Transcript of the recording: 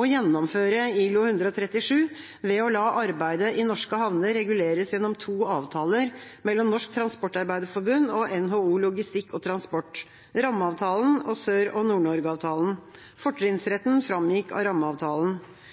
å gjennomføre ILO 137 ved å la arbeidet i norske havner reguleres gjennom to avtaler mellom Norsk Transportarbeiderforbund og NHO Logistikk og Transport: Rammeavtalen og Sør- og Nord-Norge-avtalen. Fortrinnsretten framgikk av Rammeavtalen.